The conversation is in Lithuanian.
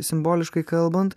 simboliškai kalbant